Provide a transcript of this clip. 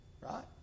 right